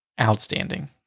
outstanding